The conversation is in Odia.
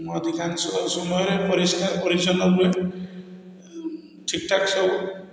ଅଧିକାଂଶ ସମୟରେ ପରିଷ୍କାର ପରିଚ୍ଛନ୍ନ ରୁହେ ଠିକ୍ ଠାକ୍ ସବୁ